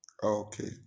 Okay